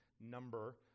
number